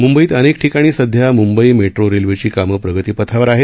मुंबईत अनेक ठिकाणी सध्या मुंबई मेट्रो रेल्वेची कामे प्रगतीपथावर आहेत